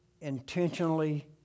intentionally